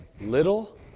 little